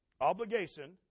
obligation